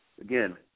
Again